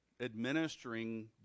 administering